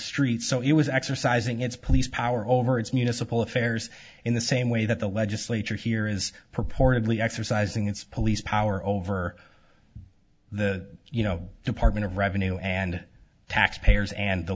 streets so it was exercising its police power over its municipal affairs in the same way that the legislature here is purportedly exercising its police power over the you know department of revenue and tax payers and the